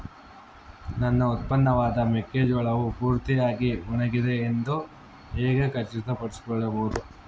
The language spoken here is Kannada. ನನ್ನ ಉತ್ಪನ್ನವಾದ ಮೆಕ್ಕೆಜೋಳವು ಪೂರ್ತಿಯಾಗಿ ಒಣಗಿದೆ ಎಂದು ಹೇಗೆ ಖಚಿತಪಡಿಸಿಕೊಳ್ಳಬಹುದು?